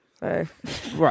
Right